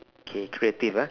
okay creative ah